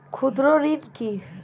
ক্ষুদ্র ঋণ কি?